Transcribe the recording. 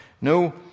No